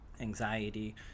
anxiety